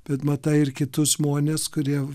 bet matai ir kitus žmones kurie